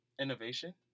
Innovation